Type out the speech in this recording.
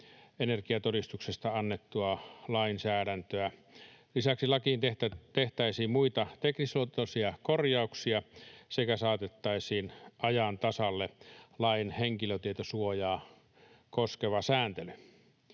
energiatodistuksesta annettua lainsäädäntöä. Lisäksi lakiin tehtäisiin muita teknisluontoisia korjauksia sekä saatettaisiin ajan tasalle lain henkilötietosuojaa koskeva sääntely.